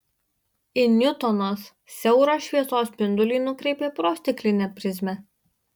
i niutonas siaurą šviesos spindulį nukreipė pro stiklinę prizmę